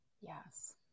Yes